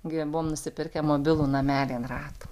gi buvom nusipirkę mobilų namelį ant ratų